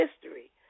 history